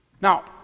Now